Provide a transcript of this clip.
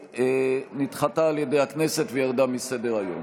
נדחתה על ידי הכנסת וירדה מסדר-היום.